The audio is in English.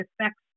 affects